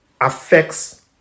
affects